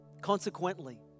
Consequently